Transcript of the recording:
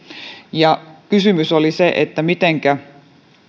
kysymys oli se mitenkä